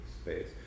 space